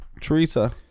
Teresa